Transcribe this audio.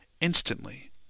instantly